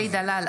אלי דלל,